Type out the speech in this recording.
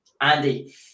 Andy